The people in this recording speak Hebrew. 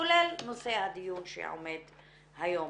כולל נושא הדיון שעומד היום.